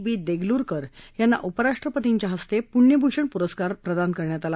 बी देगलूरकर यांना उपराष्ट्रपतींच्या हस्ते पुण्यभूषण पुरस्कार प्रदान करण्यात आला